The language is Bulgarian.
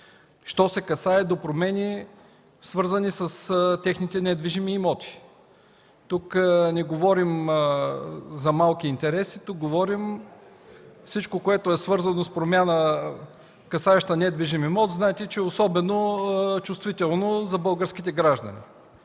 що се касае до промени, свързани с техните недвижими имоти. Тук не говорим за малки интереси, говорим за всичко, което е свързано с промяна, касаеща недвижим имот. Знаете, че е особено чувствителна тема за българските граждани